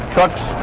Trucks